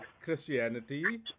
Christianity